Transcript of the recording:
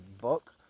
book